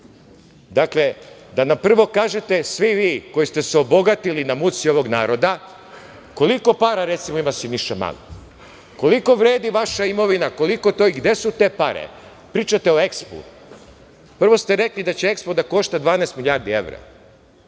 Dakle, da nam prvo kažete svi vi koji ste se obogatili na muci ovog naroda – koliko para, recimo, ima Siniša Mali? Koliko vredi vaša imovina, koliko to i gde su te pare? Pričate o Ekspu. Prvo ste rekli da će Ekspo da košta 12 milijardi evra,